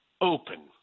open